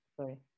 Sorry